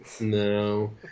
no